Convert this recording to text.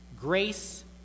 grace